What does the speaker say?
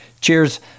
cheers